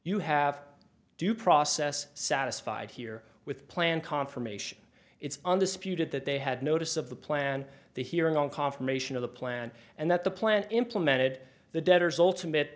you have due process satisfied here with plan confirmation it's undisputed that they had notice of the plan the hearing on confirmation of the plan and that the plan implemented the debtor's ultimate